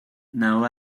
now